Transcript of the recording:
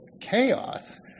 chaos